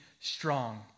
strong